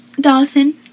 Dawson